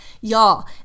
Y'all